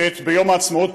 עת ביום העצמאות,